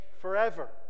forever